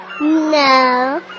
No